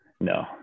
No